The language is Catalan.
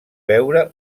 veure